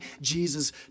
Jesus